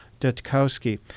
Dutkowski